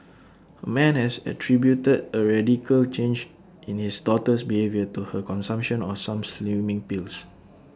A man has attributed A radical change in his daughter's behaviour to her consumption of some slimming pills